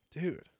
Dude